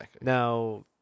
Now